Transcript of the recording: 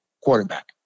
quarterback